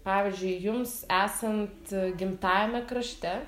pavyzdžiui jums esant gimtajame krašte